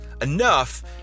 Enough